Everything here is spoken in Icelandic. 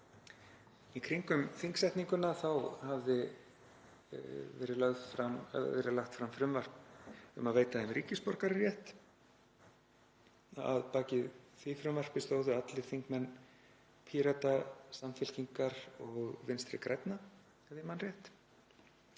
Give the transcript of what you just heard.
Í kringum þingsetninguna hafði verið lagt fram frumvarp um að veita þeim ríkisborgararétt og að baki því frumvarpi stóðu allir þingmenn Pírata, Samfylkingar og Vinstri grænna, ef ég man rétt.